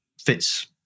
fits